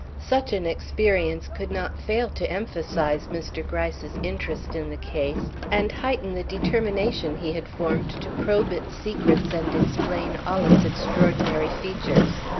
such an experience could not fail to emphasize mr. gryce's interest in the case and heighten the determination he had formed to probe its secrets and explain all its extraordinary features.